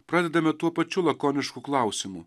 pradedame tuo pačiu lakonišku klausimu